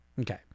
okay